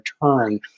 return